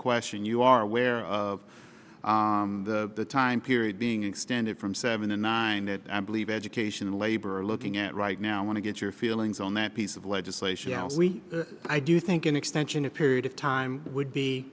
question you are aware of the time period being extended from seven to nine that i believe education labor looking at right now want to get your feelings on that piece of legislation shall we i do think an extension a period of time would be